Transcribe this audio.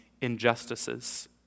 injustices